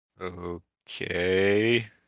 Okay